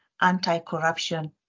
anti-corruption